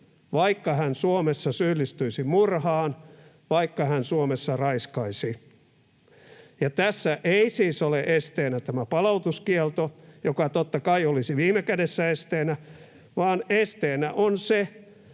vaikka hän Suomessa syyllistyisi murhaan, vaikka hän Suomessa raiskaisi. Tässä ei siis ole esteenä tämä palautuskielto, joka totta kai olisi viime kädessä esteenä, vaan esteenä on se,